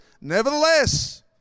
Nevertheless